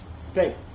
Stay